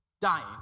Dying